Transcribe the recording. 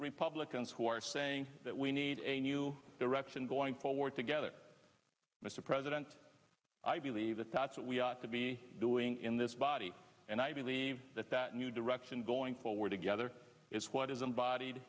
republicans who are saying that we need a new direction going forward together mr president i believe that that's what we ought to be doing in this body and i believe that that new direction going forward together is what is